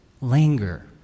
linger